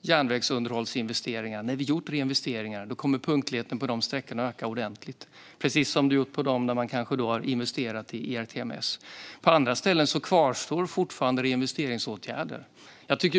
järnvägsunderhållsinvesteringar på vissa sträckor, när vi har gjort reinvesteringar, kommer punktligheten att öka ordentligt, precis som det har gjort på de sträckor där man kanske har investerat i ERTMS. På andra ställen kvarstår reinvesteringsåtgärder.